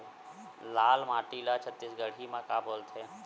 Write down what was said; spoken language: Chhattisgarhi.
लाल माटी ला छत्तीसगढ़ी मा का बोलथे?